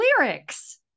lyrics